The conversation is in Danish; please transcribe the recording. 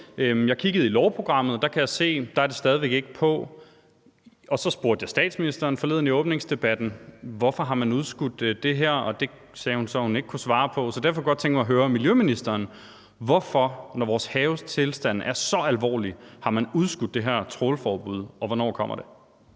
har kigget i lovprogrammet, og der kan jeg se, at det stadig væk ikke er på. Så spurgte jeg i åbningsdebatten forleden statsministeren, hvorfor man har udskudt det her, og det sagde hun så at hun ikke kunne svare på. Så derfor kunne jeg godt tænke mig at høre miljøministeren, hvorfor man, når vores haves tilstand er så alvorlig, har udskudt det her trawlforbud, og hvornår det